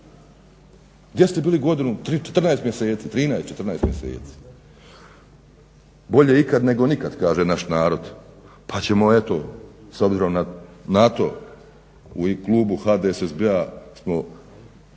Gdje te bili godinu, 14 mjeseci, 13-14 mjeseci. Bolje ikad nego nikad, kaže naš narod pa ćemo eto s obzirom na to, u klubu HDSSB-a smo